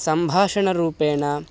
सम्भाषणरूपेण